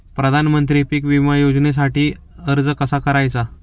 प्रधानमंत्री पीक विमा योजनेसाठी अर्ज कसा करायचा?